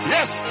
Yes